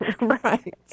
right